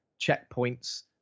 checkpoints